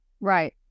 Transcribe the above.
Right